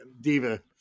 diva